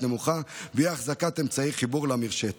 נמוכה ואי-החזקת אמצעי חיבור למרשתת.